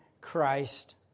Christ